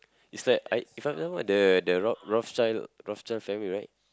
it's like I if I'm not wrong the the Roth~ Rothschild Rothschild family right